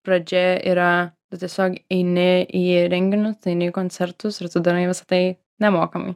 pradžia yra tiesiog eini į renginius eini į koncertus ir tu darai visa tai nemokamai